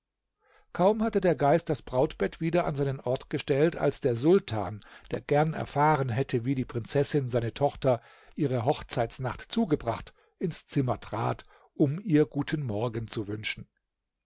kaum hatte der geist das brautbett wieder an seinen ort gestellt als der sultan der gern erfahren hätte wie die prinzessin seine tochter ihre hochzeitsnacht zugebracht ins zimmer trat um ihr guten morgen zu wünschen